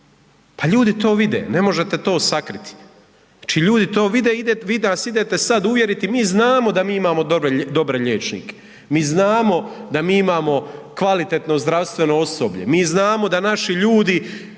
pa ljudi to vide, ne možete to sakriti, znači ljudi to vide, vi nas idete sad uvjeriti, mi znamo da mi imamo dobre liječnike, mi znamo da mi imamo kvalitetno zdravstveno osoblje, mi znamo da naši ljudi